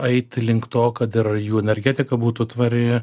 eiti link to kad ir jų energetika būtų tvari